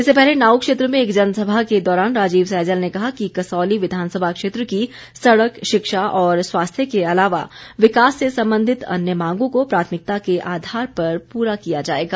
इससे पहले नाऊ क्षेत्र में एक जनसभा के दौरान राजीव सैजल ने कहा किकसौली विधानसभा क्षेत्र की सड़क शिक्षा और स्वास्थ्य के अलावा विकास से संबंधित अन्य मांगों को प्राथमिकता के आधार पर पूरा किया जाएगा